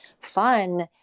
fun